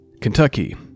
Kentucky